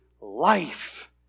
life